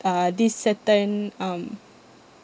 uh this certain um